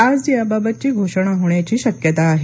आज याबाबतची घोषणा होण्याची शक्यता आहे